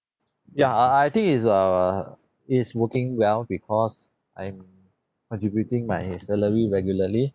ya uh I think is err it's working well because I'm contributing my his salary regularly